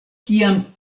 kiam